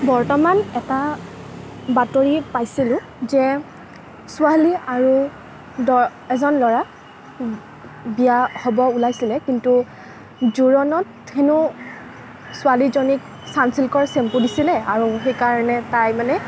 বৰ্তমান এটা বাতৰি পাইছিলোঁ যে ছোৱালী আৰু এজন ল'ৰা বিয়া হ'ব ওলাইছিলে কিন্তু জোৰণত হেনো ছোৱালীজনীক চানছিল্কৰ চেম্পু দিছিলে আৰু সেইকাৰণে তাই মানে